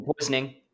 poisoning